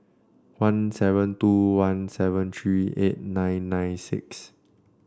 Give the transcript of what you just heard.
one seven two one seven three eight nine nine six